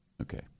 Okay